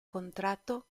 contratto